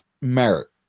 merit